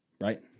Right